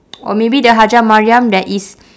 or maybe the hajjah mariam there is